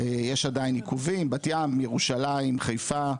יש עדיין עיכובים, בת ים, ירושלים, חיפה,